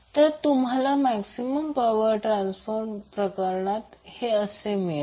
तर तुम्हाला maximum power transfer प्रकरणात हे मिळेल